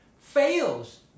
fails